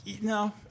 No